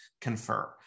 confer